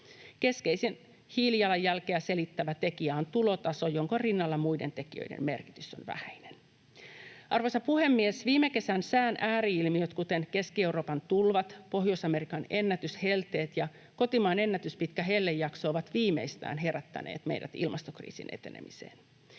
Keskeisin hiilijalanjälkeä selittävä tekijä on tulotaso, jonka rinnalla muiden tekijöiden merkitys on vähäinen. Arvoisa puhemies! Viime kesän sään ääri-ilmiöt, kuten Keski-Euroopan tulvat, Pohjois-Amerikan ennätyshelteet ja kotimaan ennätyspitkä hellejakso, ovat viimeistään herättäneet meidät ilmastokriisin etenemiseen.